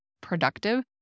productive